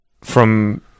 from-